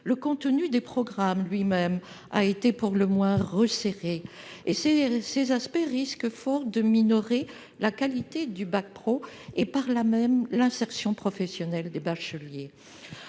Le contenu des programmes lui-même a été pour le moins resserré ! Ces aspects risquent fort de minorer la qualité du bac pro et, par là même, l'insertion professionnelle des bacheliers.